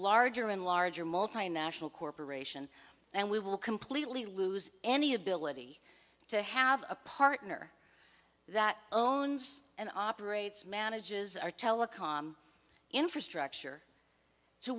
larger and larger multinational corporation and we will completely lose any ability to have a partner that owns and operates manages our telecom infrastructure to